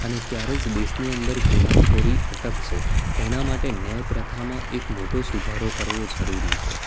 અને ત્યારે જ દેશની અંદર ગુનાખોરી અટકશે તેના માટે ન્યાય પ્રથામાં એક મોટો સુધારો કરવો જરૂરી છે